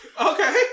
Okay